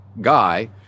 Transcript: guy